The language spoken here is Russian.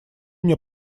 мне